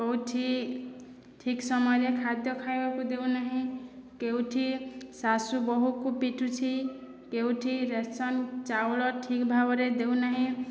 କେଉଁଠି ଠିକ୍ ସମୟରେ ଖାଦ୍ୟ ଖାଇବାକୁ ଦେଉନାହିଁ କେଉଁଠି ଶାଶୁ ବହୁକୁ ପିଟୁଛି କେଉଁଠି ରାସନ ଚାଉଳ ଠିକ୍ ଭାବରେ ଦେଉ ନାହିଁ